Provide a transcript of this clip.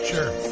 Sure